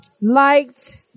Liked